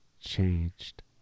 changed